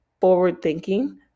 forward-thinking